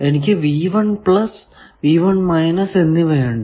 എനിക്ക് ഉണ്ട്